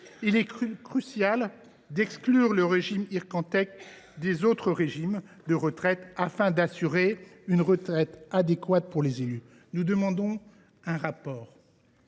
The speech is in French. Il est crucial d’exclure le régime Ircantec des autres régimes de retraite, afin d’assurer une retraite adéquate pour les élus. Nous demandons un rapport.